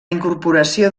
incorporació